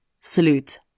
salute